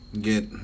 get